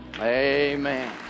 Amen